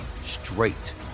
straight